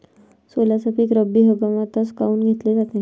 सोल्याचं पीक रब्बी हंगामातच काऊन घेतलं जाते?